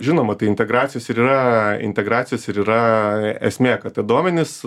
žinoma tai integracijos ir yra integracijos ir yra esmė kad tie duomenys